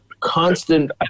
constant